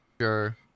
Sure